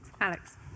Alex